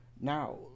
Now